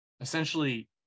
essentially